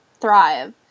thrive